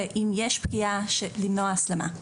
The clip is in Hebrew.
ואם יש פגיעה למנוע הסלמה.